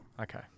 Okay